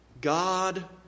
God